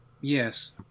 Yes